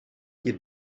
you